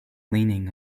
leaning